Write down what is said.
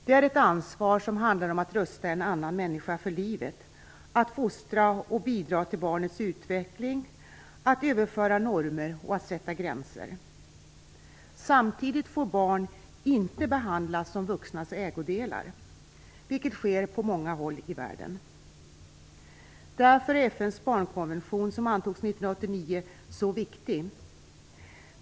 Det är ett ansvar som handlar om att rusta en annan människa för livet, att fostra och bidra till barnets utveckling, att överföra normer och att sätta gränser. Samtidigt får barn inte behandlas som vuxnas ägodelar, vilket sker på många håll i världen. Därför är FN:s barnkonvention, som antogs 1989, så viktig.